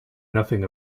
nothing